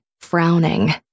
frowning